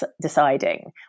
deciding